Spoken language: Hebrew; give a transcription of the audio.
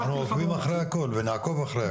אנחנו עוקבים אחרי הכל ונעקוב אחרי הכל.